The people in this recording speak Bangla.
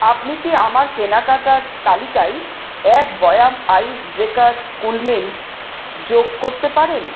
আপনি কি আমার কেনাকাটার তালিকায় এক বয়াম আইস ব্রেকারস কুলমিন্ট যোগ করতে পারেন